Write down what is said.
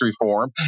reform